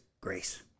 grace